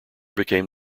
became